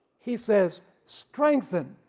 he says strengthen,